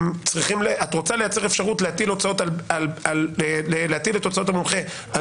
את רוצה לייצר אפשרות להטיל את הוצאות המומחה על